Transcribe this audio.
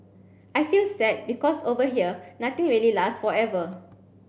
I feel sad because over here nothing really lasts forever